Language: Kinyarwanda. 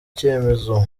cyemezo